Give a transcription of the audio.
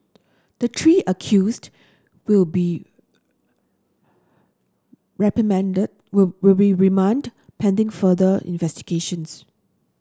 the three accused will be remanded pending further investigations